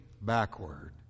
backward